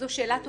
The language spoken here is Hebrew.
זו שאלה טובה.